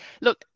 look